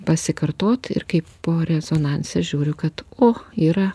pasikartot ir kaip po rezonanse žiūriu kad o yra